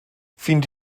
fins